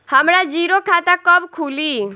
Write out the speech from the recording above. हमरा जीरो खाता कब खुली?